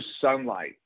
sunlight